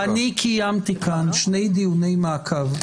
אני קיימתי כאן שני דיוני מעקב,